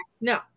No